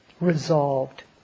resolved